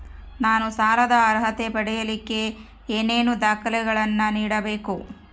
ನಾನು ಸಾಲದ ಅರ್ಹತೆ ಪಡಿಲಿಕ್ಕೆ ಏನೇನು ದಾಖಲೆಗಳನ್ನ ನೇಡಬೇಕು?